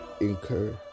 incur